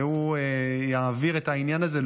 והוא יעביר את העניין הזה,